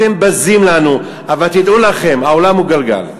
אתם בזים לנו, אבל תדעו לכם, העולם הוא גלגל.